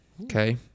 okay